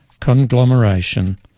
conglomeration